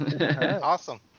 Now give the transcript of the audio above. Awesome